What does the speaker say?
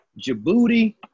Djibouti